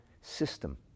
system